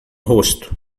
rosto